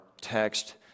text